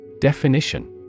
Definition